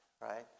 right